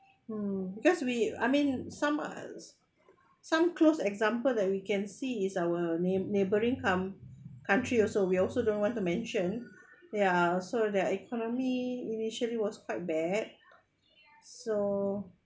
mm because we I mean some are some close example that we can see is our neigh~ neighbouring coun~ country also we also don't want to mention ya so their economy initially was quite bad so